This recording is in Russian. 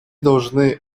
должны